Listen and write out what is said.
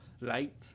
right